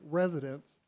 residents